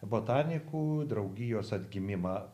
botanikų draugijos atgimimą